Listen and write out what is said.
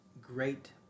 great